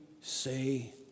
say